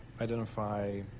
identify